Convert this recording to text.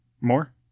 More